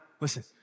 Listen